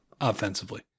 offensively